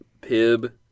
Pib